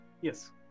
Yes